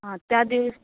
हां त्या दिवस